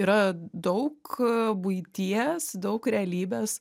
yra daug buities daug realybės